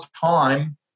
time